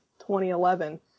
2011